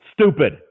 stupid